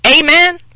amen